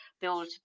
build